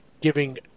giving